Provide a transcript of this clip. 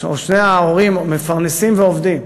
או שני ההורים מפרנסים ועובדים.